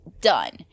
done